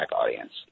audience